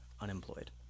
unemployed